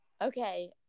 Okay